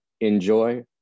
Enjoy